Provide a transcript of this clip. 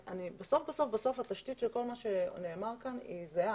בסוף התשתית של כל מה שנאמר כאן היא זהה.